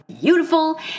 beautiful